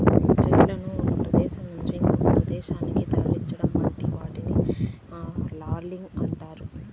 చెట్లను ఒక ప్రదేశం నుంచి ఇంకొక ప్రదేశానికి తరలించటం వంటి వాటిని లాగింగ్ అంటారు